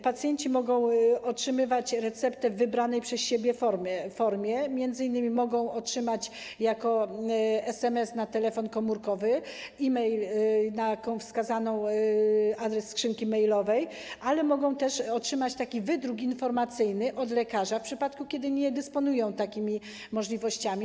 Pacjenci mogą otrzymywać e-receptę w wybranej przez siebie formie, m.in. mogą otrzymać jako SMS na telefon komórkowy, e-mail na wskazany adres skrzynki mailowej, ale mogą też otrzymać wydruk informacyjny od lekarza, w przypadku gdy nie dysponują takimi możliwościami.